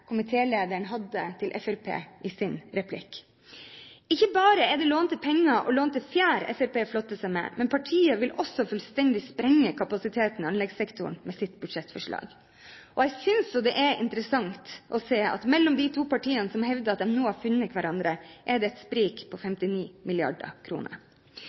komitélederen hadde på replikken fra Fremskrittspartiet. Ikke bare er det lånte penger og lånte fjær Fremskrittspartiet flotter seg med, men partiet vil også fullstendig sprenge kapasiteten i anleggssektoren med sitt budsjettforslag. Og jeg synes jo det er interessant å se at mellom de to partiene som hevder at de nå har funnet hverandre, er det et sprik på